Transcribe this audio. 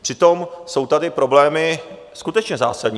Přitom jsou tady problémy skutečně zásadní.